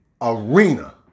arena